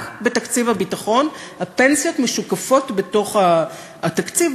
רק בתקציב הביטחון הפנסיות משוקפות בתוך התקציב,